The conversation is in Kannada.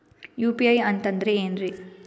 ಯು.ಪಿ.ಐ ಅಂತಂದ್ರೆ ಏನ್ರೀ?